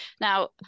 Now